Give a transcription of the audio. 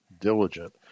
diligent